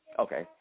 Okay